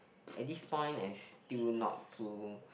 at this point I still not too